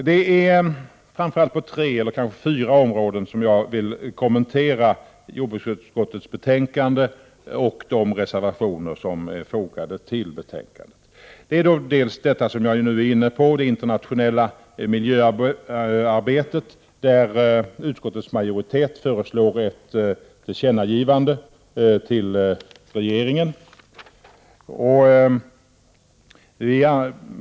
Det är framför allt på tre eller kanske fyra områden som jag vill kommentera jordbruksutskottets betänkande och de reservationer som är fogade till betänkandet. Det gäller dels det jag nu var inne på, nämligen det internationella miljöarbetet, där utskottets majoritet föreslår ett tillkännagivande till regeringen.